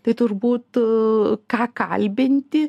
tai turbūt ką kalbinti